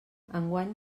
enguany